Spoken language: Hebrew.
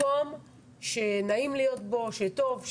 מקום שנעים להיות בו, שטוב.